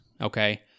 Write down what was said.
Okay